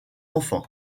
enfant